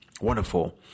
wonderful